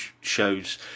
shows